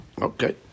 Okay